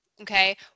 Okay